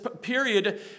period